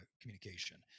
communication